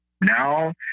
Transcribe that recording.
Now